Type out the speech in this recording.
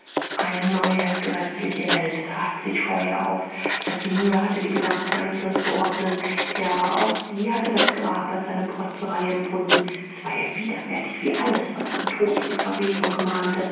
eine neue gräßliche welt tat sich vor ihr auf daß sie mühe hatte die gedanken einzeln zu ordnen ja auch sie hatte das grab als eine protzerei empfunden es war ihr widerwärtig wie alles was an tod und verwesung mahnte